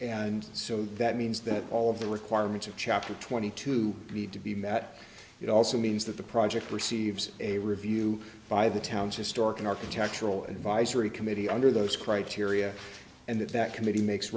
and so that means that all of the requirements of chapter twenty two need to be met it also means that the project receives a review by the town's historic an architectural advisory committee under those criteria and that that committee makes